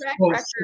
record